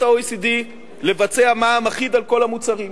ה-OECD להחיל מע"מ אחיד על כל המוצרים.